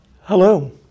Hello